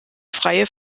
freie